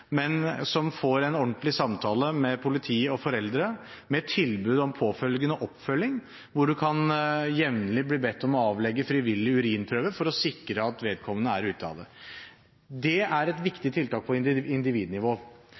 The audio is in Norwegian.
men som får en ordentlig samtale med politi og foreldre, med tilbud om påfølgende oppfølging, hvor man jevnlig kan bli bedt om å avgi urinprøve frivillig, for å sikre at vedkommende er ute av det. Det er et viktig tiltak på individnivå,